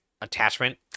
attachment